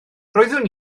roeddwn